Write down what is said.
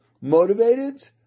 motivated